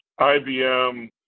IBM